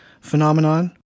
phenomenon